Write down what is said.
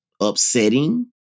upsetting